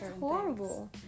horrible